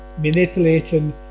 manipulating